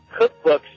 cookbooks